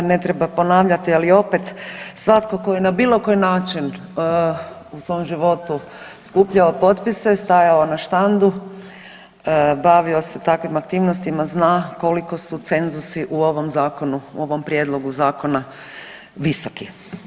Ne treba ponavljati, ali opet svatko tko je na bilo koji način u svom životu skupljao potpise, stajao na štandu, bavio se takvim aktivnostima, zna koliko su cenzusi u ovom zakonu, u ovom prijedlogu zakona visoki.